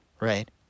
right